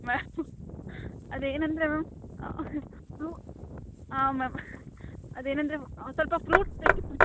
ma'am ಅದು ಏನಂದರೆ ma'am ಫ್ರು ಆಂ ಮ್ಯಾಮ್ ಅದು ಏನಂದರೆ ಒಂದು ಸ್ವಲ್ಪ ಫ್ರೂಟ್ಸ್ ಬೇಕಿತ್ತು